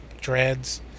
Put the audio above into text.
dreads